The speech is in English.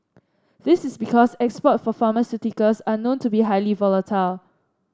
this is because export for pharmaceuticals are known to be highly volatile